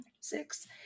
Six